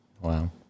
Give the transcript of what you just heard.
Wow